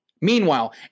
Meanwhile